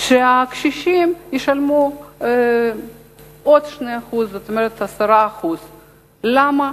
שהקשישים ישלמו עוד 2%, זאת אומרת 10%. למה?